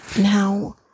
Now